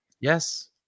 Yes